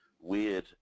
weird